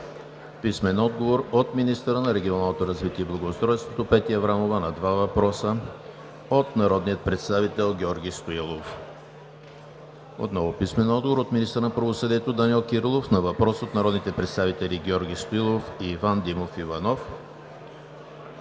връчване от: - министъра на регионалното развитие и благоустройството Петя Аврамова на два въпроса от народния представител Георги Стоилов; - министъра на правосъдието Данаил Кирилов на въпрос от народните представители Георги Стоилов и Иван Димов Иванов;